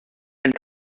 elle